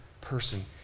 person